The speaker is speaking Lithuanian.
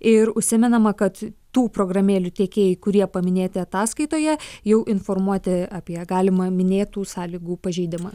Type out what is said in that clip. ir užsimenama kad tų programėlių tiekėjai kurie paminėti ataskaitoje jau informuoti apie galimą minėtų sąlygų pažeidimą